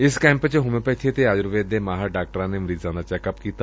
ਇਸ ਕੈਂਪ ਚ ਹੋਮਿਓਪੈਥੀ ਅਤੇ ਅਯੁਰਵੇਦ ਦੇ ਮਾਹਿਰ ਡਾਕਟਰਾਂ ਨੇ ਮਰੀਜ਼ਾਂ ਦਾ ਚੈੱਕਅਪ ਕੀਤਾ